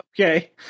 Okay